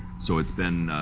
so it's been,